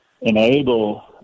enable